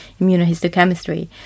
immunohistochemistry